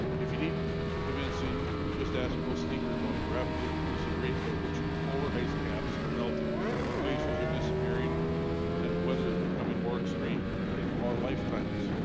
if you need convincing just as will steve are about rapidly increasing rate by which polar ice caps are melting lasers are disappearing and whether is becoming more extreme. in our lifetimes.